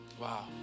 Wow